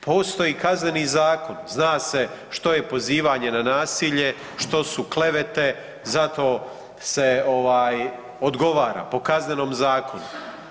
Postoji Kazneni zakon, zna se što je pozivanje na nasilje, što su klevete za to se odgovara po Kaznenom zakonu.